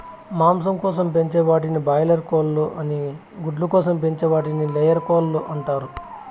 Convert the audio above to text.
మాంసం కోసం పెంచే వాటిని బాయిలార్ కోళ్ళు అని గుడ్ల కోసం పెంచే వాటిని లేయర్ కోళ్ళు అంటారు